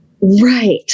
Right